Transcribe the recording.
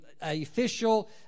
official